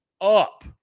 up